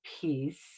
peace